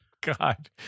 God